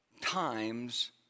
times